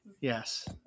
yes